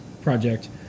project